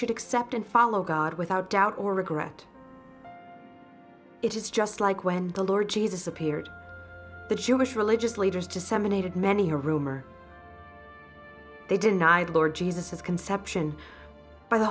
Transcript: should accept and follow god without doubt or regret it is just like when the lord jesus appeared the jewish religious leaders disseminated many a rumor they denied lord jesus his conception by the